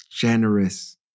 generous